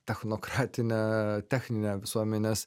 technokratinę techninę visuomenės